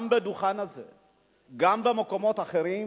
גם בדוכן הזה, גם במקומות אחרים,